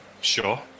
sure